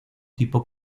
tipo